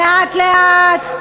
לאט-לאט.